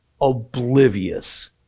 oblivious